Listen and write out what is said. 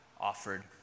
offered